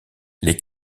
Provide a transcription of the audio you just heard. les